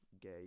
gay